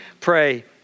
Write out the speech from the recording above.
pray